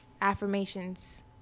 Affirmations